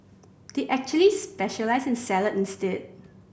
they actually specialise in salad instead